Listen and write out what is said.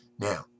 Now